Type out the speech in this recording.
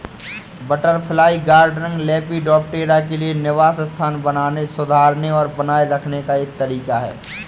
butterfly gardening, lepidoptera के लिए निवास स्थान बनाने, सुधारने और बनाए रखने का एक तरीका है